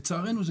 לצערנו,